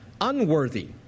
unworthy